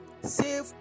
save